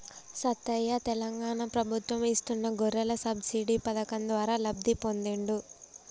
సత్తయ్య తెలంగాణ ప్రభుత్వం ఇస్తున్న గొర్రెల సబ్సిడీ పథకం ద్వారా లబ్ధి పొందిండు